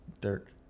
Dirk